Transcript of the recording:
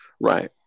right